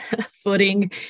footing